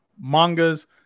mangas